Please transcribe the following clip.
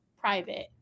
private